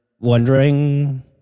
Wondering